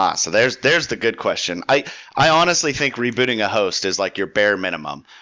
ah so there's there's the good question. i i honestly think rebooting a host is like your bare minimum.